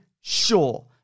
sure